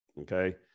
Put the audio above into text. Okay